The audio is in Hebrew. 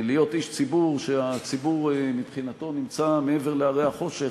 להיות איש ציבור שהציבור מבחינתו נמצא מעבר להרי החושך,